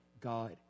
God